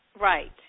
Right